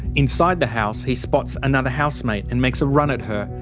inside the house he spots another housemate, and makes a run at her,